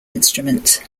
instrument